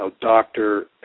doctor